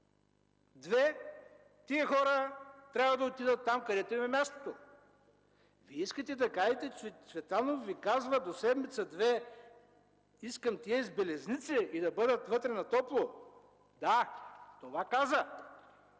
тези хора трябва да отидат там, където им е мястото.- Вие искате да кажете, че Цветанов Ви казва: Искам до седмица-две тези с белезници да бъдат вътре на топло? - Да, това каза.